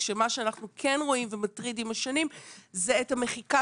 כשמה שאנחנו כן רואים ומטריד עם השנים זה את המחיקה